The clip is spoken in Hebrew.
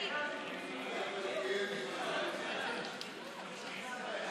להעביר את הצעת חוק חוזה ביטוח (תיקון,